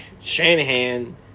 Shanahan